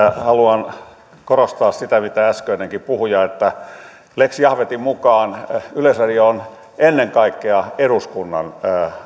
haluan korostaa sitä mitä äskeinenkin puhuja että lex jahvetin mukaan yleisradio on ennen kaikkea eduskunnan